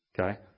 Okay